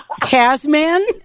Tasman